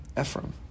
Ephraim